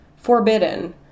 forbidden